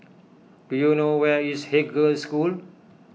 do you know where is Haig Girls' School